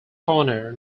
corner